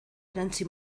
erantsi